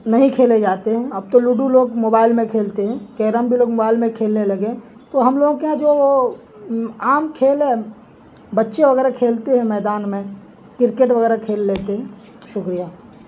نہیں کھیلے جاتے ہیں اب تو لوڈو لوگ موبائل میں کھیلتے ہیں کیرم بھی لوگ موبائل میں کھیلنے لگے تو ہم لوگوں کے یہاں جو عام کھیل ہے بچے وغیرہ کھیلتے ہیں میدان میں کرکٹ وغیرہ کھیل لیتے ہیں شکریہ